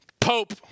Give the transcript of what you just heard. Pope